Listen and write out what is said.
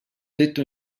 tetto